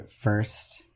first